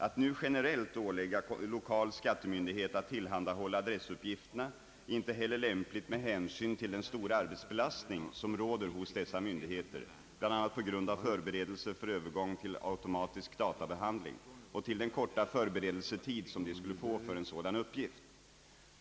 Att nu generellt ålägga lokal skattemyndighet att tillhandahålla adressuppgifterna är inte heller lämpligt med hänsyn till den stora arbetsbelastning som råder hos dessa myndigheter, bl.a. på grund av förberedelser för övergång till automatisk databehandling, och till den korta förberedelsetid som de skulle få för en sådan uppgift.